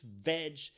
veg